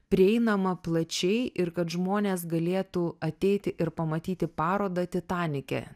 prieinama plačiai ir kad žmonės galėtų ateiti ir pamatyti parodą titanike